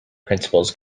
principles